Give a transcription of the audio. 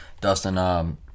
Dustin